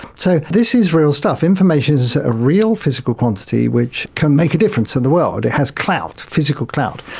so this is real stuff. information is a real physical quantity which can make a difference in the world. it has clout, physical clout.